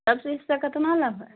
सब चीजके केतना लगत